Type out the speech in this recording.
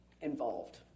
involved